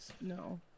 no